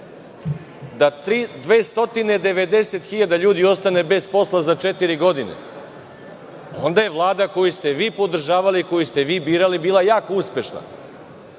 da 290.000 ljudi ostane bez posla za četiri godine, onda je Vlada koju ste vi podržavali i koju ste vi birali bila jako